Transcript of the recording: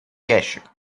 ящик